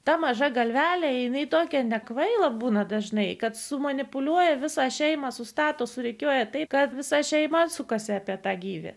ta maža galvelė jinai tokia nekvaila būna dažnai kad su manipuliuoja visą šeimą sustato surikiuoja taip kad visa šeima sukasi apie tą gyvį